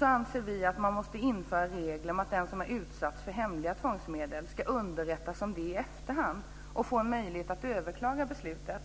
anser vi att det måste införas regler om att den som har utsatts för hemliga tvångsmedel ska underrättas om det i efterhand och få en möjlighet att överklaga beslutet.